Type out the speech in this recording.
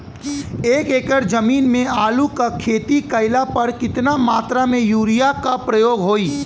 एक एकड़ जमीन में आलू क खेती कइला पर कितना मात्रा में यूरिया क प्रयोग होई?